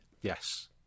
yes